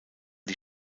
die